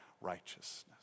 righteousness